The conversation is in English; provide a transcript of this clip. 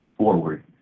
forward